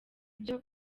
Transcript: byo